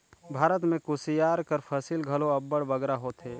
भारत में कुसियार कर फसिल घलो अब्बड़ बगरा होथे